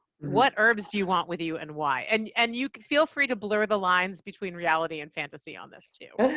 what herbs do you want with you and why? and and you can feel free to blur the lines between reality and fantasy on this too.